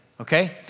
Okay